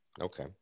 Okay